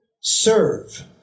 Serve